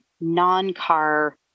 non-car